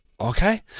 Okay